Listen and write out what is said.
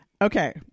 Okay